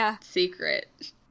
secret